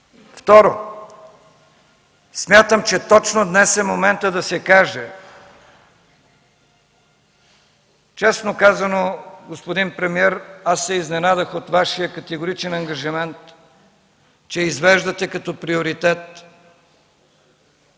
Второ, смятам че точно днес е моментът да се каже – честно казано, господин премиер, аз се изненадах от Вашия категоричен ангажимент, че извеждате като приоритет